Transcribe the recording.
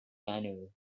manual